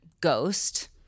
ghost